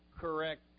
correct